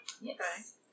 yes